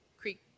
creek